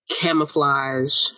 camouflage